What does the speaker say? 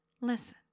Listen